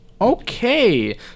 Okay